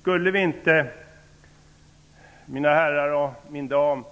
Skulle vi inte, mina herrar och min dam,